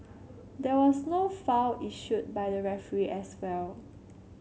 there was no foul issued by the referee as well